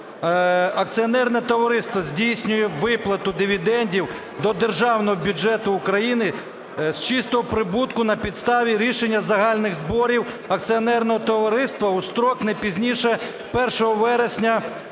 акціонерне товариство здійснює виплату дивідендів до державного бюджету України з чистого прибутку на підставі рішення загальних зборів акціонерного товариства у строк не пізніше 1 вересня